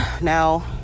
Now